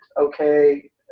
okay